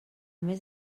més